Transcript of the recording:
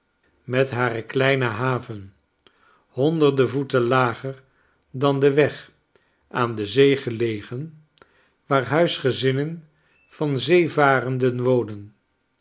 met hare kleine haven honderden voeten lager dan de weg aan de zee gelegen waar huisgezinnen van zeevarenden wonen